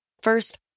First